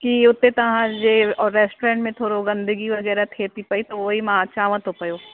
की हुते तव्हांजे रेस्टोरेंट में थोरो गंदगी वगै़रह थिए थी पई त उहेई मां अचांव थो पियो